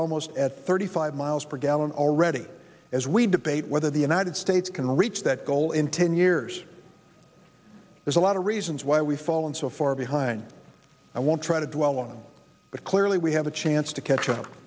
almost at thirty five miles per gallon already as we debate whether the united states can reach that goal in ten years there's a lot of reasons why we've fallen so far behind i won't try to dwell on it but clearly we have a chance to catch up